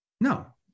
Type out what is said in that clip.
No